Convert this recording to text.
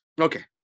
Okay